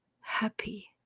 happy